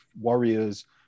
warriors